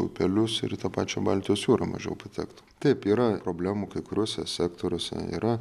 upelius ir tą pačią baltijos jūrą mažiau patektų taip yra problemų kai kuriuose sektoriuose yra